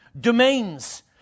domains